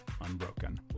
unbroken